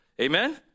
amen